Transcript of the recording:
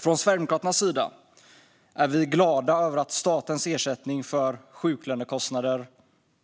Från Sverigedemokraternas sida är vi glada över att statens ersättning för sjuklönekostnader